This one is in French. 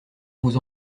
vous